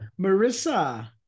Marissa